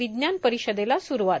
विज्ञान परिषदेला स्रवात